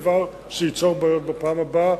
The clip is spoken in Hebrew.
דבר שייצור בעיות בפעם הבאה,